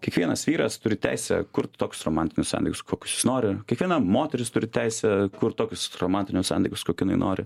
kiekvienas vyras turi teisę kurti tokius romantinius santykius kokius jis nori kiekviena moteris turi teisę kurt tokius romantinius santykius kokių jinai nori